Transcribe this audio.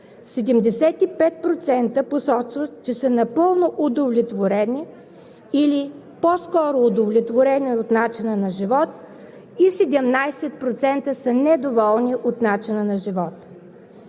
75% посочват, че са напълно удовлетворени или по-скоро удовлетворени от начина на живот, и 17% са недоволни от начина на живот.